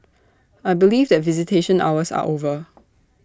I believe that visitation hours are over